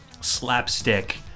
slapstick